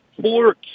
four